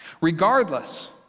Regardless